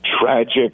Tragic